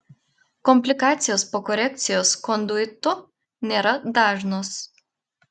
komplikacijos po korekcijos konduitu nėra dažnos